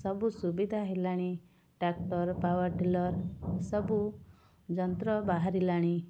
ସବୁ ସୁବିଧା ହେଲାଣି ଟ୍ରାକ୍ଟର ପାୱାର୍ ଟିଲର୍ ସବୁ ଯନ୍ତ୍ର ବାହାରିଲାଣି